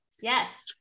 yes